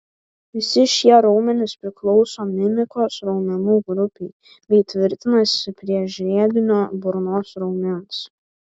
visi šie raumenys priklauso mimikos raumenų grupei bei tvirtinasi prie žiedinio burnos raumens